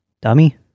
Dummy